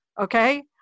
Okay